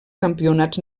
campionats